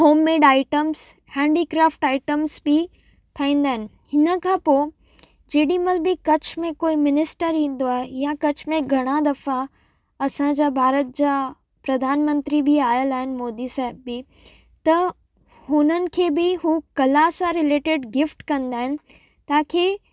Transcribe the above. homemade items handicraft items बि ठाहींदा आहिनि हिनखां पोइ जेॾी महिल बि कच्छ में कोई मिनिस्टर ईंदो आहे या कच्छ में घणा दफ़ा असांजा भारत जा प्रधानमंत्री बि आयल आहिनि मोदी साहिब बि त हुननि खे बि हू कला सां रिलेटिड गिफ़्ट कंदा आहिनि ताकी